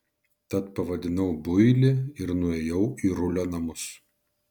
tad pavadinau builį ir nuėjau į rulio namus